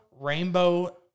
Rainbow